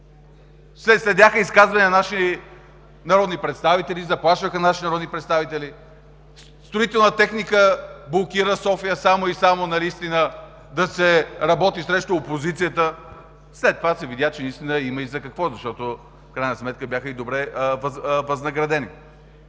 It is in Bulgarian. следяха се изказвания на наши народни представители, заплашваха наши народни представители, строителна техника блокира София само и само да се работи срещу опозицията, след това се видя, че наистина има и за какво, защото в крайна сметка бяха и добре възнаградени.